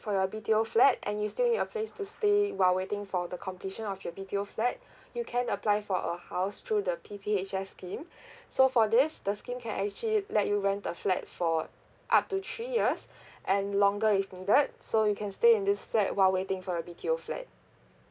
for your B_T_O flat and you still need a place to stay while waiting for the completion of your B_T_O flat you can apply for a house through the P_P_H_S scheme so for this the scheme can actually let you rent a flat for up to three years and longer if needed so you can stay in this flat while waiting for your B_T_O flat